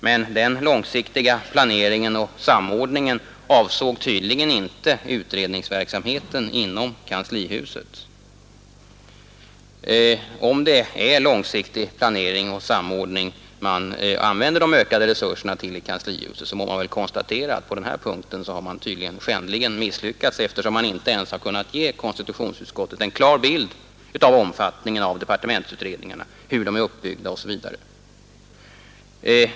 Men den långsiktiga planeringen och samordningen avsåg tydligen inte utredningsverksamheten inom kanslihuset. Om det är långsiktig planering och samordning de ökade resurserna används till i kanslihuset, så må det väl konstateras att man tydligen på denna punkt skändligen misslyckats eftersom man inte ens kunnat ge konstitutionsutskottet en klar bild av omfattningen av departementsutredningarna, hur de är uppbyggda osv.